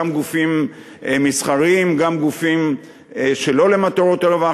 גם גופים מסחריים וגם גופים שלא למטרות רווח,